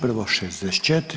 Prvo 64.